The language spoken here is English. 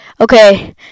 okay